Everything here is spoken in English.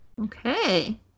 Okay